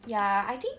ya I think